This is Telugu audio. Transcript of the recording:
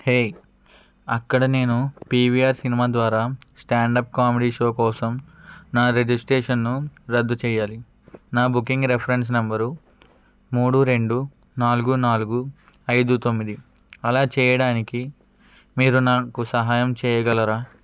హే అక్కడ నేను పీవీఆర్ సినిమా ద్వారా స్టాండ్ అప్ కామెడీ షో కోసం నా రిజిస్ట్రేషన్ను రద్దు చేయాలి నా బుకింగ్ రెఫరెన్స్ నంబరు మూడు రెండు నాలుగు నాలుగు ఐదు తొమ్మిది అలా చేయడానికి మీరు నాకు సహాయం చేయగలరా